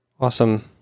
awesome